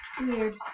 Weird